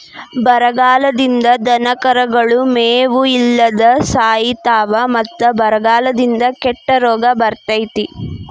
ಬರಗಾಲದಿಂದ ದನಕರುಗಳು ಮೇವು ಇಲ್ಲದ ಸಾಯಿತಾವ ಮತ್ತ ಬರಗಾಲದಿಂದ ಕೆಟ್ಟ ರೋಗ ಬರ್ತೈತಿ